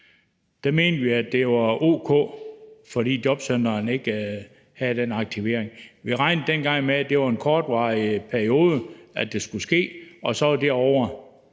– mente vi, at det var o.k. fordi jobcentrene ikke kunne tilbyde aktivering. Vi regnede dengang med, at det var i en kortvarig periode, det skulle foregå, og at så var